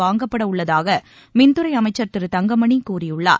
வாங்கப்படவுள்ளதாகமின்துறைஅமைச்சர் திருதங்கமணிகூறியுள்ளார்